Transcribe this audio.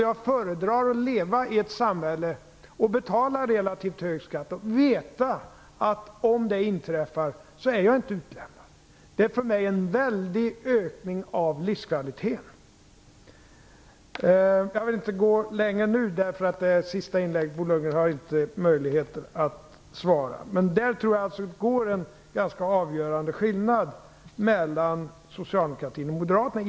Jag föredrar att leva i ett samhälle där jag betalar relativt hög skatt och att veta att om något inträffar så är jag inte utlämnad. Det är för mig en väldig ökning av livskvaliteten. Jag vill inte gå längre nu, därför att det är mitt sista inlägg och Bo Lundgren inte har möjlighet att svara. Jag tror i alla fall att det finns en ganska avgörande ideologisk skillnad mellan socialdemokratin och Moderaterna.